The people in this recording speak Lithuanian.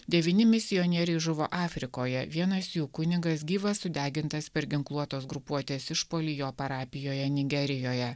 devyni misionieriai žuvo afrikoje vienas jų kunigas gyvas sudegintas per ginkluotos grupuotės išpuolį jo parapijoje nigerijoje